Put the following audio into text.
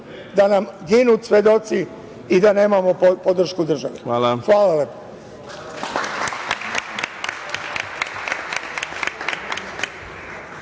da nam ginu svedoci i da nemamo podršku države. Hvala. **Ivica